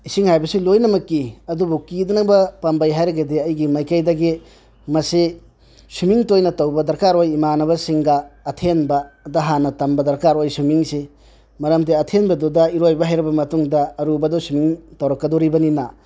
ꯏꯁꯤꯡ ꯍꯥꯏꯕꯁꯤ ꯂꯣꯏꯅꯃꯛ ꯀꯤ ꯑꯗꯨꯕꯨ ꯀꯤꯗꯅꯕ ꯄꯥꯝꯕꯩ ꯍꯥꯏꯔꯒꯗꯤ ꯑꯩꯒꯤ ꯃꯥꯏꯀꯩꯗꯒꯤ ꯃꯁꯤ ꯁ꯭ꯋꯤꯝꯃꯤꯡ ꯇꯣꯏꯅ ꯇꯧꯕ ꯗꯔꯀꯥꯔ ꯑꯣꯏ ꯏꯃꯥꯟꯅꯕꯁꯤꯡꯒ ꯑꯊꯦꯟꯕꯗ ꯍꯥꯟꯅ ꯇꯝꯕ ꯗꯔꯀꯥꯔ ꯑꯣꯏ ꯁ꯭ꯋꯤꯝꯃꯤꯡꯁꯤ ꯃꯔꯝꯗꯤ ꯑꯦꯊꯦꯟꯕꯗꯨꯗ ꯏꯔꯣꯏꯕ ꯍꯩꯔꯕ ꯃꯇꯨꯡꯗ ꯑꯔꯨꯕꯗꯣ ꯁ꯭ꯋꯤꯝꯃꯤꯡ ꯇꯧꯔꯛꯀꯥꯗꯧꯔꯤꯕꯅꯤꯅ